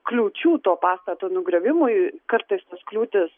kliūčių to pastato nugriovimui kartais tos kliūtys